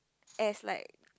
as like